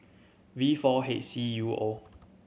V four H C U O